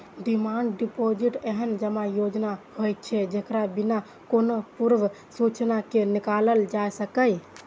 demand deposit एहन जमा योजना होइ छै, जेकरा बिना कोनो पूर्व सूचना के निकालल जा सकैए